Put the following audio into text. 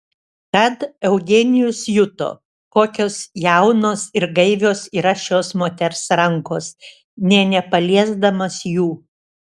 tad eugenijus juto kokios jaunos ir gaivios yra šios moters rankos nė nepaliesdamas jų